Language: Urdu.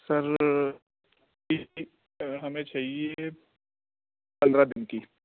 سر ہمیں چاہیے پندرہ دن کی